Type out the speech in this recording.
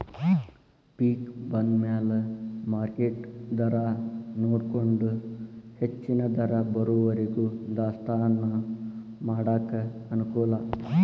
ಪಿಕ್ ಬಂದಮ್ಯಾಲ ಮಾರ್ಕೆಟ್ ದರಾನೊಡಕೊಂಡ ಹೆಚ್ಚನ ದರ ಬರುವರಿಗೂ ದಾಸ್ತಾನಾ ಮಾಡಾಕ ಅನಕೂಲ